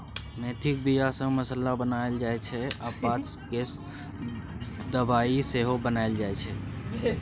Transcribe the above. मेथीक बीया सँ मसल्ला बनाएल जाइ छै आ पात केँ सुखा दबाइ सेहो बनाएल जाइ छै